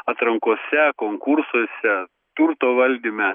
atrankose konkursuose turto valdyme